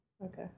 Okay